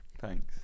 Thanks